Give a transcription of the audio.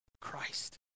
Christ